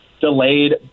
delayed